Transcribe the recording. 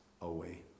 away